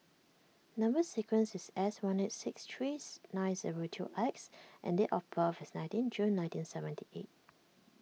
Number Sequence is S one eight six trees nine zero two X and date of birth is nineteen June nineteen seventy eight